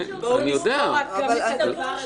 בואו נזכור גם את הדבר הזה.